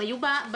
הם היו במדינה,